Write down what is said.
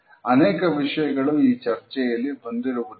ಅನೇಕ ವಿಷಯಗಳು ಈ ಚರ್ಚೆಯಲ್ಲಿ ಬಂದಿರುವುದಿಲ್ಲ